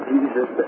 Jesus